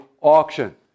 auction